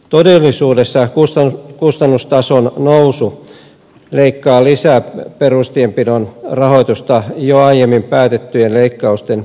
todellisuudessa kustannustason nousu leikkaa lisää perustienpidon rahoitusta jo aiemmin päätettyjen leikkausten lisäksi